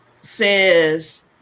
says